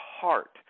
heart